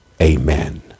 Amen